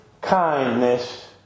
kindness